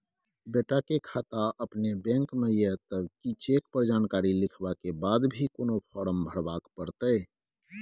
बेटा के खाता अपने बैंक में ये तब की चेक पर जानकारी लिखवा के बाद भी कोनो फारम भरबाक परतै?